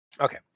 Okay